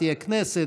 תהיה כנסת,